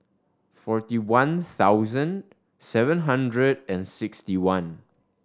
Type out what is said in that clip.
forty one thousand seven hundred and sixty one